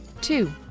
Two